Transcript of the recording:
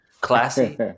Classy